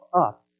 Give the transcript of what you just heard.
up